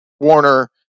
Warner